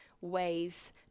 ways